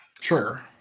sure